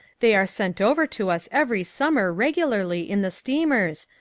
they are sent over to us every summer, regularly, in the steamers,